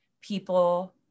People